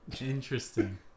Interesting